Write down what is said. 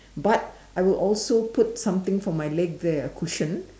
but I would also put something for my legs there a cushion